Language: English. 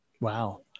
Wow